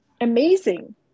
amazing